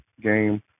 game